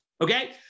okay